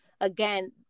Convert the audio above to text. again